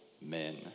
men